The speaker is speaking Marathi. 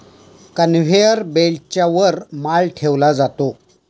कन्व्हेयर बेल्टच्या वर माल ठेवला जातो